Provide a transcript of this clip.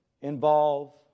involve